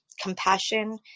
compassion